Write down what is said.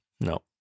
No